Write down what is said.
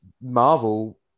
Marvel